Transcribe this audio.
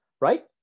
right